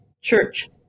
church